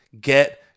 get